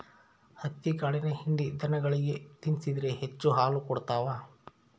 ಹತ್ತಿಕಾಳಿನ ಹಿಂಡಿ ದನಗಳಿಗೆ ತಿನ್ನಿಸಿದ್ರ ಹೆಚ್ಚು ಹಾಲು ಕೊಡ್ತಾವ